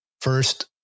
first